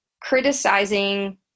criticizing